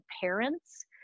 parents